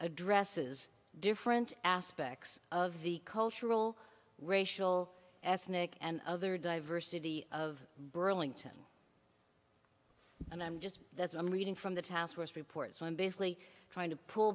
addresses different aspects of the cultural racial ethnic and other diversity of burlington and i'm just that's i'm reading from the taskforce report so i'm basically trying to pull